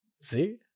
See